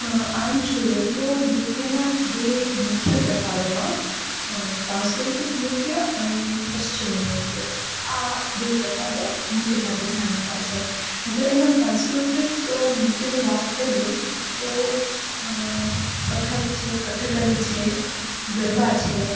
આમ જોઈએ તો નૃત્યના બે મુખ્ય પ્રકારોમાં સાંસ્કૃત્રિક નૃત્ય અને પશ્ચિમી નૃત્ય આ બે પ્રકારો મોટેભાગે જાણીતા છે હવે એમાં સાંસ્કૃતિક નૃત્યની વાત કરીએ તો કથક છે કથકલી છે ગરબા છે